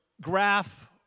graph